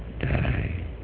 die